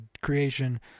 creation